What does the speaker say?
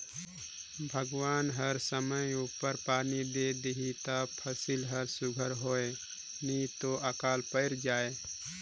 भगवान हर समे उपर पानी दे देहे ता फसिल हर सुग्घर होए नी तो अकाल पइर जाए